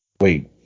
wait